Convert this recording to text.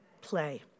play